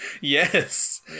Yes